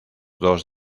dos